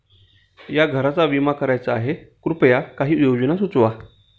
या घराचा विमा करायचा आहे कृपया काही योजना सुचवा